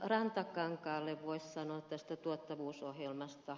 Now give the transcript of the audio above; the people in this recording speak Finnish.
rantakankaalle voisi sanoa tuottavuusohjelmasta